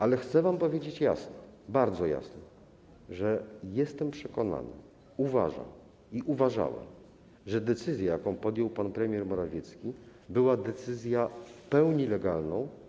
Ale chcę wam powiedzieć jasno, bardzo jasno, że jestem przekonany, uważam i uważałem, że decyzja, jaką podjął pan premier Morawiecki, była decyzją w pełni legalną.